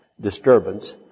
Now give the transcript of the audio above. disturbance